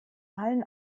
allen